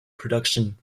production